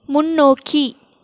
முன்னோக்கி